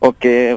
Okay